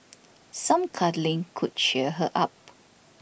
some cuddling could cheer her up